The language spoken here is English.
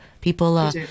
People